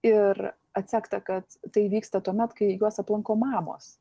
ir atsekta kad tai vyksta tuomet kai juos aplanko mamos